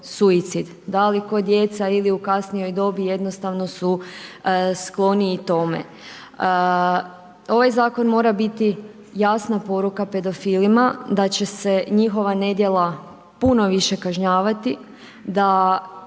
da li kao djeca ili u kasnijoj dobi, jednostavno su skloniji tome. Ovaj zakon mora biti jasna poruka pedofilima da će se njihova nedjela puno više kažnjavati, da